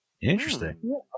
Interesting